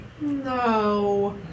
No